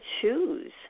choose